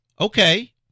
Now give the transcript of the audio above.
Okay